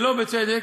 שלא בצדק,